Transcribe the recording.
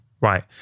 Right